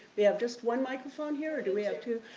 we have just one microphone here do we have two?